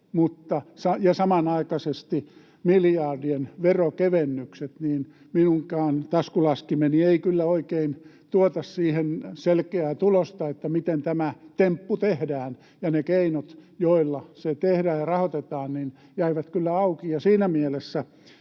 samanaikaisesti miljardien veronkevennykset — minunkaan taskulaskimeni ei kyllä oikein tuota siihen selkeää tulosta, miten tämä temppu tehdään. Ne keinot, joilla se tehdään ja rahoitetaan, jäivät kyllä auki,